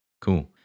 Cool